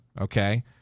okay